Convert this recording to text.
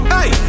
Hey